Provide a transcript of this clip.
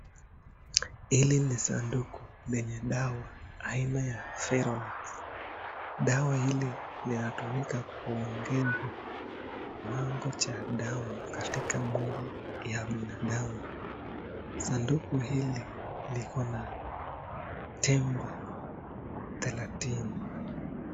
Hili ni sanduku lenye dawa aina ya pheromax ,dawa hili linatumika kuongeza kiwango za damu katika mwili ya binadamu. Sanduku hili liko na tembe thelathini.